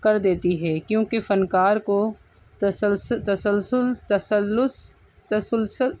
کر دیتی ہے کیونکہ فنکار کو تسلسل تسلسل تسلسل تسلسل